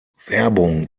werbung